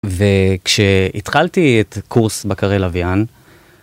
וכשהתחלתי את קורס בקרי לווין